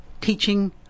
teaching